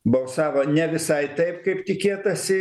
balsavo ne visai taip kaip tikėtasi